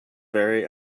very